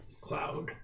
cloud